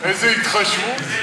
איזה התחשבות.